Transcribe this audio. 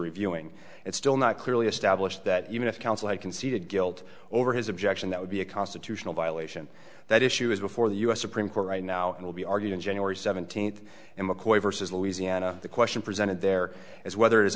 reviewing it's still not clearly established that even if counsel i conceded guilt over his objection that would be a constitutional violation that issue is before the u s supreme court right now will be argued in january seventeenth and mccoy versus louisiana the question presented there is whether i